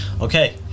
Okay